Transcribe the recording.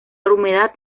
humedad